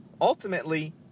ultimately